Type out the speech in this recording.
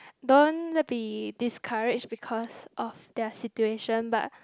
don't be discourage because of their situation but